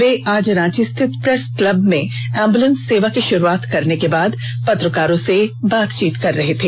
वे आज रांची स्थित press club में एंबुलेंस सेवा की शुरुआत करने के बाद पत्रकारों से बातचीत कर रहे थे